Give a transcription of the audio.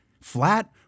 flat